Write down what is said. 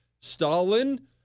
Stalin